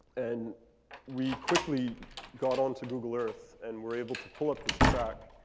and we quickly got onto google earth and were able to pull up his track.